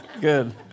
Good